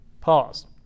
Pause